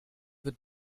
wird